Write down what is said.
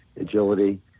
agility